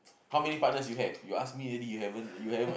how many partners you have you ask me already you haven't you haven't